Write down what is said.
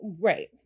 Right